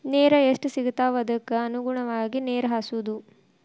ನೇರ ಎಷ್ಟ ಸಿಗತಾವ ಅದಕ್ಕ ಅನುಗುಣವಾಗಿ ನೇರ ಹಾಸುದು